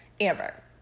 Amber